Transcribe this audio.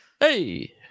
Hey